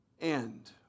end